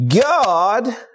God